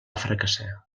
fracassar